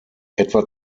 etwa